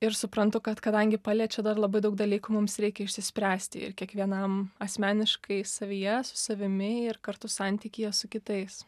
ir suprantu kad kadangi paliečia dar labai daug dalykų mums reikia išsispręsti ir kiekvienam asmeniškai savyje su savimi ir kartu santykyje su kitais